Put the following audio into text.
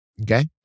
okay